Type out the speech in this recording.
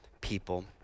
people